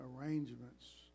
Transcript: arrangements